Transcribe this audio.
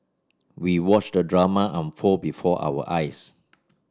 we watched the drama unfold before our eyes